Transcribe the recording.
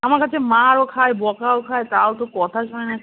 আমার কাছে মারও খায় বকাও খায় তাও তো কথা শোনে না